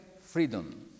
freedom